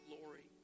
glory